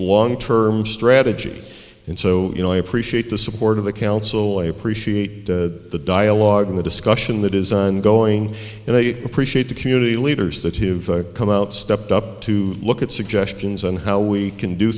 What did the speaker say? long term strategy and so you know i appreciate the support of the council i appreciate the dialogue and the discussion that is ongoing and i appreciate the community leaders that have come out stepped up to look at suggestions on how we can do